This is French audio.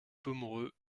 pomereux